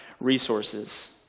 resources